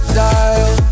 dial